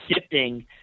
shifting